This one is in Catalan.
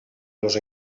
los